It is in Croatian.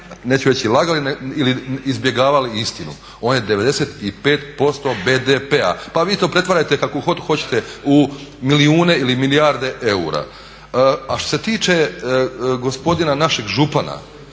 neću reći lagali ili izbjegavali istinu. On je 95% BDP-a. Pa vi to pretvarajte kako god hoćete u milijune ili milijarde eura. A što se tiče gospodina našeg župana,